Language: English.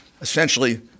essentially